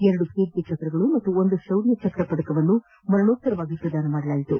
ಎರಡು ಕೀರ್ತಿ ಚಕ್ರ ಹಾಗೂ ಒಂದು ಶೌರ್ಯ ಚಕ್ರ ಪದಕವನ್ನು ಮರಣೋತ್ತರವಾಗಿ ಪ್ರದಾನ ಮಾಡಲಾಯಿತು